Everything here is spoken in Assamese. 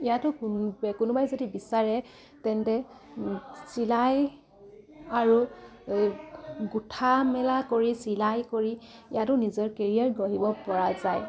ইয়াতো কো কোনোবাই যদি বিচাৰে তেন্তে চিলাই আৰু গোঠা মেলা কৰি চিলাই কৰি ইয়াতো নিজৰ কেৰিয়াৰ গঢ়িব পৰা যায়